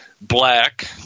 black